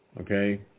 okay